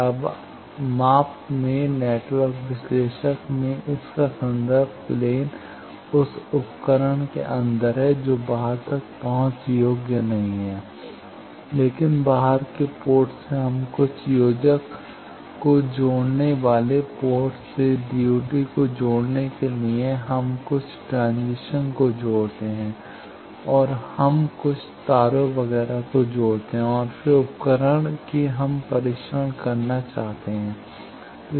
अब माप में नेटवर्क विश्लेषक में इसका संदर्भ प्लेन उस उपकरण के अंदर है जो बाहर तक पहुंच योग्य नहीं है लेकिन बाहर के पोर्ट से हम कुछ योजक को जोड़ने वाले पोर्ट से DUT को जोड़ने के लिए हम कुछ ट्रांजिशन को जोड़ते हैं हम कुछ तारों वगैरह को जोड़ते हैं और फिर उपकरण कि हम परीक्षण करना चाहते हैं संदर्भ समय 0140